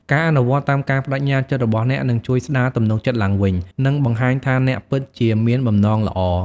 ការអនុវត្តតាមការប្តេជ្ញាចិត្តរបស់អ្នកនឹងជួយស្ដារទំនុកចិត្តឡើងវិញ និងបង្ហាញថាអ្នកពិតជាមានបំណងល្អ។